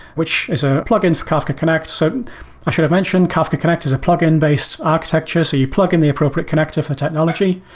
which is a plugin for kafka connect. so i should have mentioned, kafka connect is a plugin-based architecture. so you plug in the appropriate connector for the technology.